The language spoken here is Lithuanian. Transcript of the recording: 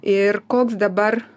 ir koks dabar